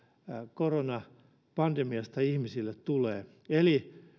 koronapandemiasta ihmisille tulee eli